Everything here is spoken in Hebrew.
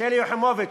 שלי יחימוביץ,